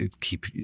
keep